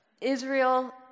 Israel